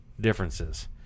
differences